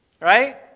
right